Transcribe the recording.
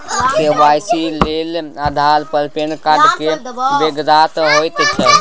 KYC लेल आधार आ PAN card केर बेगरता होइत छै